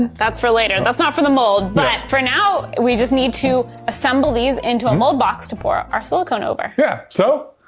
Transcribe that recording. that's for later, that's not for the mold but now we just need to assemble these into a mold box to pour our silicone over. yeah. so,